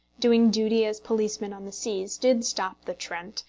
doing duty as policeman on the seas, did stop the trent,